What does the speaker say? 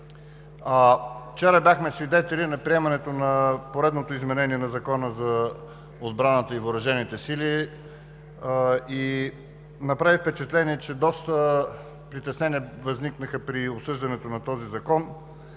Вчера бяхме свидетели на приемането на поредното изменение на Закона за отбраната и въоръжените сили. Направи впечатление, че доста притеснения възникнаха при обсъждането на този закон.